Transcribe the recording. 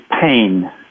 pain